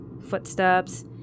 footsteps